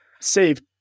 save